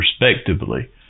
respectively